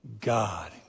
God